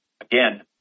again